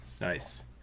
Nice